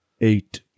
Eight